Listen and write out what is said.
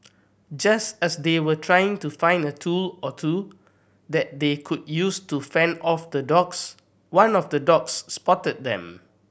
just as they were trying to find a tool or two that they could use to fend off the dogs one of the dogs spotted them